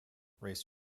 race